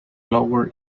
lower